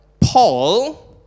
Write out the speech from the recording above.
Paul